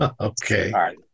Okay